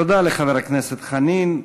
תודה לחבר הכנסת חנין.